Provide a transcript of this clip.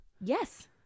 Yes